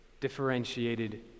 differentiated